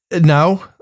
No